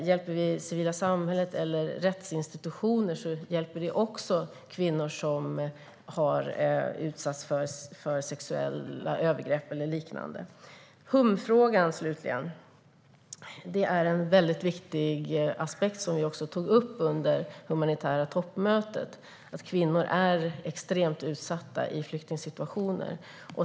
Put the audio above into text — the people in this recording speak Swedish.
Hjälper vi det civila samhället eller rättsinstitutioner hjälper vi också kvinnor som har utsatts för sexuella övergrepp eller liknande. När det slutligen gäller den humanitära frågan är det en viktig aspekt, som vi också tog upp under det humanitära toppmötet, att kvinnor är extremt utsatta i flyktingsituationer.